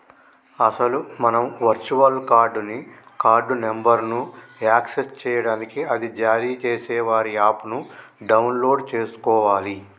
అసలు మనం virtual card ని కార్డు నెంబర్ను యాక్సెస్ చేయడానికి అది జారీ చేసే వారి యాప్ ను డౌన్లోడ్ చేసుకోవాలి